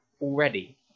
already